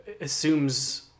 assumes